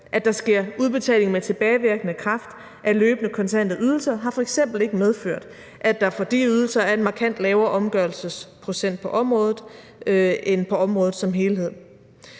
At der sker udbetaling med tilbagevirkende kraft af løbende kontante ydelser, har f.eks. ikke medført, at der for de ydelser er en markant lavere omgørelsesprocent på området end på området som helhed.